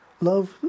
Love